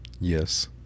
Yes